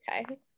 Okay